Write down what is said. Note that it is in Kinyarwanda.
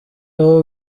wowe